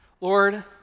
Lord